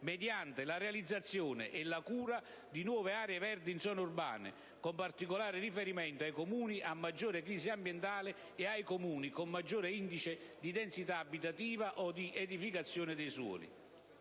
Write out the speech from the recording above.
mediante la realizzazione e la cura di nuove aree verdi in zone urbane, con particolare riferimento ai Comuni a maggiore crisi ambientale e a quelli a maggior indice di densità abitativa o di edificazione dei suoli.